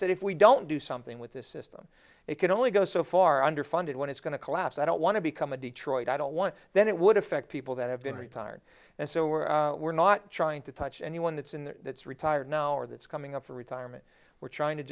said if we don't do something with this system it can only go so far underfunded when it's going to collapse i don't want to become a detroit i don't want that it would affect people that have been retired and so we're not trying to touch anyone that's in the retired now or that's coming up for retirement we're trying to